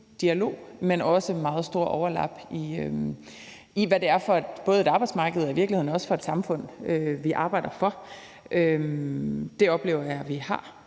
men også et meget stort overlap i, både hvad det er for et arbejdsmarked, og i virkeligheden også hvad det er for et samfund, vi arbejder for. Det oplever jeg at vi har.